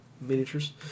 miniatures